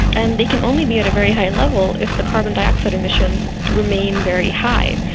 and they can only be at a very high level if the carbon dioxide emissions remain very high.